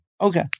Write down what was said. Okay